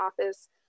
office